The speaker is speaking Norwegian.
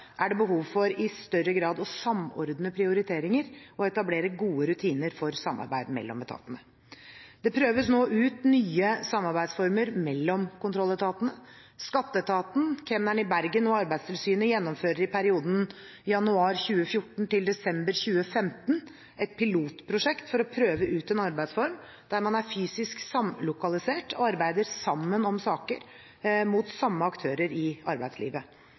er det behov for i større grad å samordne prioriteringer og etablere gode rutiner for samarbeid mellom etatene. Det prøves nå ut nye samarbeidsformer mellom kontrolletatene. Skatteetaten, kemneren i Bergen og Arbeidstilsynet gjennomfører i perioden januar 2014 til desember 2015 et pilotprosjekt for å prøve ut en arbeidsform der man er fysisk samlokalisert og arbeider sammen om saker mot samme aktører i arbeidslivet.